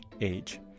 age